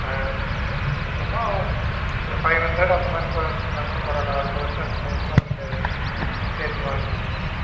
ஆ சும்மா ஒரு five hundred அந்த மாதிரி கொறைச்சிங்கனா கூட பரவாயில்ல அடுத்த வருஷம் இருக்கும்போது கூட நீங்கள் சேர்த்து வாங்கிக்கங்க